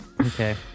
okay